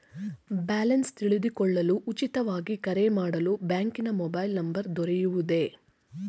Balance ತಿಳಿದುಕೊಳ್ಳಲು ಉಚಿತವಾಗಿ ಕರೆ ಮಾಡಲು ಬ್ಯಾಂಕಿನ ಮೊಬೈಲ್ ನಂಬರ್ ದೊರೆಯುವುದೇ?